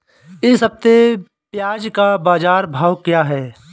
इस हफ्ते प्याज़ का बाज़ार भाव क्या है?